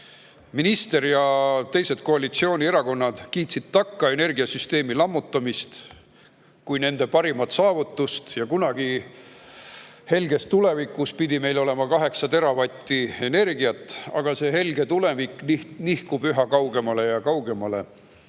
Minister ja teised koalitsioonierakonnad kiitsid takka energiasüsteemi lammutamist kui nende parimat saavutust. Kunagi helges tulevikus pidi meil olema 8 teravatti energiat, aga see helge tulevik nihkub üha kaugemale ja kaugemale.